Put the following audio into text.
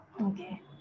Okay